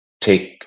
take